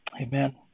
Amen